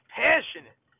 passionate